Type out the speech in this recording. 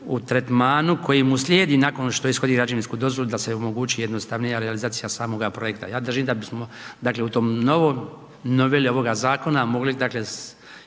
u tretmanu koji mu slijedi nakon što ishodi građevinsku dozvolu da se omogući jednostavnija realizacija samoga projekta. Ja držim da bismo smo, dakle u tom novom, noveli ovoga zakona mogli dakle